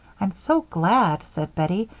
i'm so glad, said bettie.